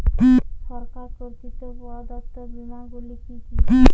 সরকার কর্তৃক প্রদত্ত বিমা গুলি কি কি?